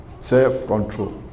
Self-control